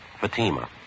Fatima